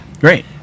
Great